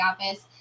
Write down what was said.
office